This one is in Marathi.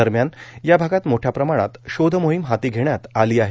दरम्यान या भागात मोठ्या प्रमाणात शोध मोहिम हाती घेण्यात आली आहे